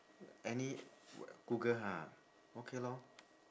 any google ha okay lor